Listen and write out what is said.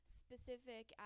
specific